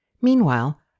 Meanwhile